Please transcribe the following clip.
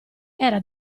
era